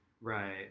Right